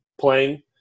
playing